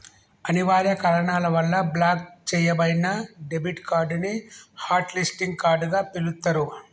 అనివార్య కారణాల వల్ల బ్లాక్ చెయ్యబడిన డెబిట్ కార్డ్ ని హాట్ లిస్టింగ్ కార్డ్ గా పిలుత్తరు